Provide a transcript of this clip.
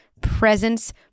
presence